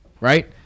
right